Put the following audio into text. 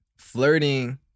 Flirting